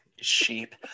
Sheep